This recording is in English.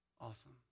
Awesome